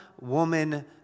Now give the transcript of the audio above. woman